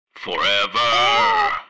Forever